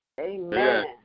amen